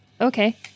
Okay